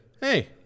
hey